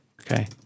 Okay